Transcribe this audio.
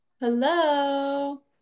Hello